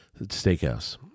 steakhouse